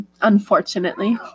unfortunately